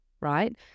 right